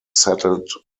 settled